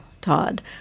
Todd